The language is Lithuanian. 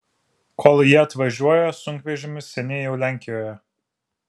kol jie atvažiuoja sunkvežimis seniai jau lenkijoje